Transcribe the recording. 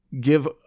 give